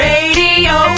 Radio